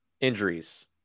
Injuries